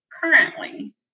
currently